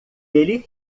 ele